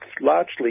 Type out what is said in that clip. largely